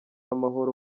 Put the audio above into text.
amahoro